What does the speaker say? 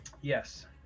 Yes